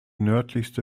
nördlichste